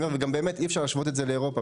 באמת אי אפשר להשוות את זה לאירופה,